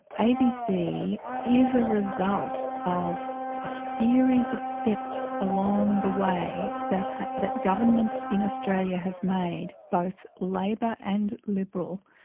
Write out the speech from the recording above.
abc is a result of a series of steps along the way that that governments in australia have made, both labor and liberal,